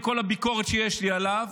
עם כל הביקורת שיש לי עליו,